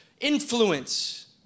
influence